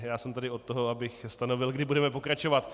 Já jsem tady od toho, abych stanovil, kdy budeme pokračovat.